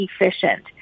efficient